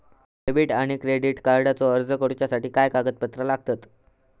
Debit आणि credit कार्डचो अर्ज करुच्यासाठी काय कागदपत्र लागतत?